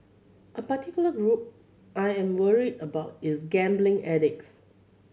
a particular group I am worried about is gambling addicts